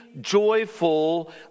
joyful